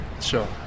Sure